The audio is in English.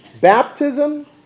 baptism